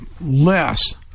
less